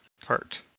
cart